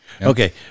Okay